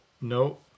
No